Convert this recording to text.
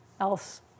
else